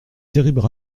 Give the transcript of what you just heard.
terribles